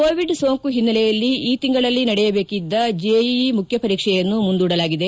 Covid ಸೋಂಕು ಓನ್ನೆಲೆಯಲ್ಲಿ ಈ ತಿಂಗಳಲ್ಲಿ ನಡೆಯಬೇಕಿದ್ದ ಚೆಇಇ ಮುಖ್ಯ ಪರೀಕ್ಷೆಯನ್ನು ಮುಂದೂಡಲಾಗಿದೆ